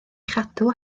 chadw